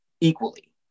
equally